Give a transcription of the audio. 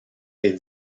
est